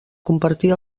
compartir